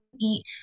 eat